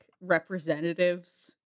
representatives